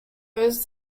was